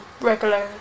regular